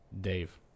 Dave